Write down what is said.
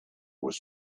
was